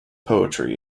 poetry